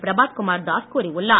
பிரபாத்குமார் தாஸ் கூறியுள்ளார்